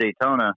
Daytona